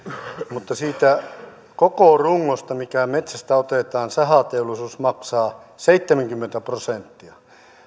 mutta siitä koko rungosta mikä metsästä otetaan sahateollisuus maksaa seitsemänkymmentä prosenttia